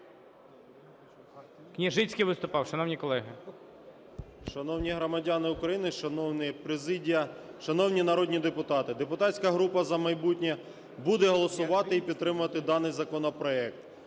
Княжицький виступав, шановні колеги. 10:57:08 ЛУБІНЕЦЬ Д.В. Шановні громадяни України! Шановна президія! Шановні народні депутати! Депутатська група "За майбутнє" буде голосувати і підтримувати даний законопроект.